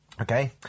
Okay